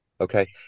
Okay